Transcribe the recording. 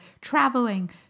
traveling